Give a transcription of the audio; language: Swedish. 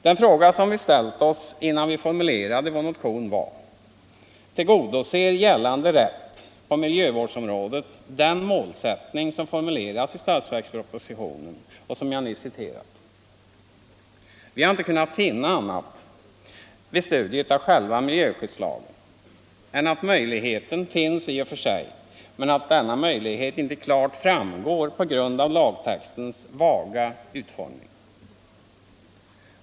Den fråga som vi ställde oss innan vi formulerade vår motion var: Tillgodoser gällande rätt på miljövårdsområdet den målsättning som formuleras i statsverkspropositionen och som jag nyss citerat? Vi har inte kunnat finna annat, vid studiet av själva miljöskyddslagen, än att möjligheten finns i och för sig men att denna möjlighet inte klart framgår på grund av lagtextens vaga utformning.